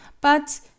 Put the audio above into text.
but